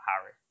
harry